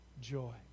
joy